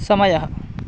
समयः